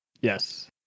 Yes